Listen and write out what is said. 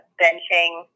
benching